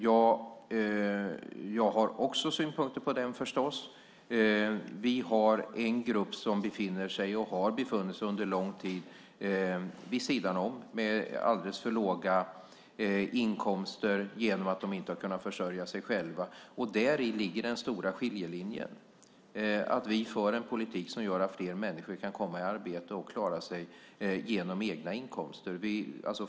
Jag har förstås också synpunkter på den. Vi har en grupp som befinner sig, och har befunnit sig under lång tid, vid sidan om. De har alldeles för låga inkomster genom att de inte har kunnat försörja sig själva. Däri ligger den stora skiljelinjen. Vi för en politik som gör att fler människor kan komma i arbete och klara sig genom egna inkomster.